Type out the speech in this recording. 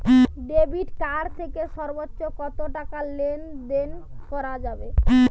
Debit card থেকে সর্বোচ্চ কত টাকা লেনদেন করা যাবে?